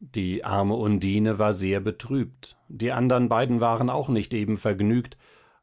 die arme undine war sehr betrübt die andern beiden waren auch nicht eben vergnügt